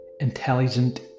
intelligent